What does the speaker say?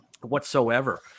whatsoever